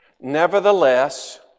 Nevertheless